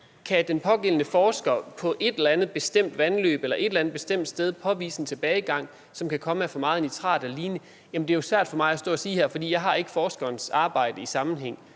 Om den pågældende forsker i et eller andet bestemt vandløb eller på et eller andet bestemt sted kan påvise en tilbagegang, som kan komme af for meget nitrat eller lignende, er jo svært for mig at stå her og sige, for jeg har ikke forskerens arbejde i sammenhæng.